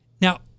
now